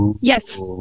Yes